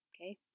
Okay